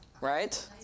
Right